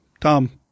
tom